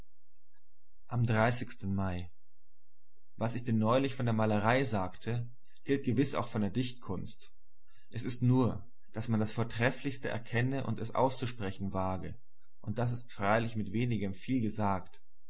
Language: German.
am mai was ich dir neulich von der malerei sagte gilt gewiß auch von der dichtkunst es ist nur daß man das vortreffliche erkenne und es auszusprechen wage und das ist freilich mit wenigem viel gesagt